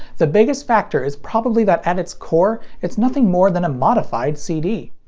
the biggest factor is probably that at its core, it's nothing more than a modified cd.